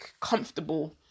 comfortable